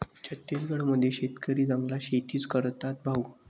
छत्तीसगड मध्ये शेतकरी जंगलात शेतीच करतात भाऊ